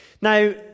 Now